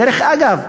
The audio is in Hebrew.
דרך אגב,